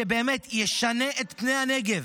שבאמת ישנה את פני הנגב.